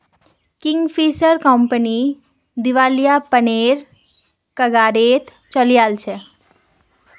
Kingfisher company दिवालियापनेर कगारत चली ओल छै